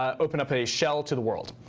ah open up a shell to the world.